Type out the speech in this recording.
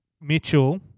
Mitchell